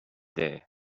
day